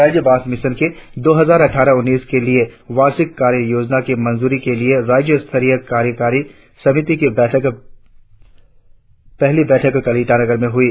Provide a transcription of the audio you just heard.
राज्य बांस मिशन के दो हजार अठ्ठारह उन्नीस के लिए वार्षिक कार्य योजना की मंजूरी के लिए राज्य स्तरीय कार्यकारी समिति की पहली बैठक कल ईटानगर में हुई